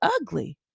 ugly